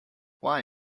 why